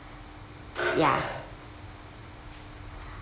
ya